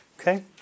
Okay